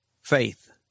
faith